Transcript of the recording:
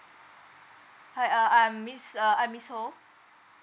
hi uh I'm miss uh I'm miss ho